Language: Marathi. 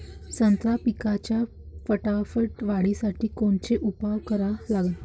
संत्रा पिकाच्या फटाफट वाढीसाठी कोनचे उपाव करा लागन?